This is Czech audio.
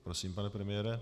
Prosím, pane premiére.